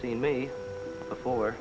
seen me before